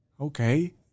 okay